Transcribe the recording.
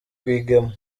rwigema